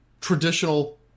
traditional